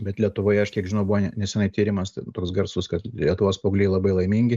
bet lietuvoje aš kiek žinau buvo neseniai tyrimas tai toks garsus kad lietuvos paaugliai labai laimingi